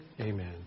Amen